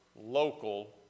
local